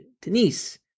Denise